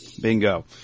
Bingo